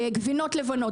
גבינות רכות וגבינות לבנות,